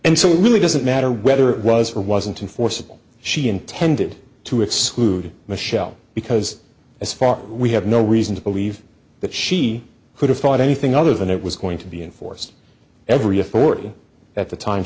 and so it really doesn't matter whether it was or wasn't in forcible she intended to exclude michele because as far we have no reason to believe that she could have thought anything other than it was going to be enforced every authority at the time